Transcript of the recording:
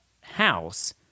House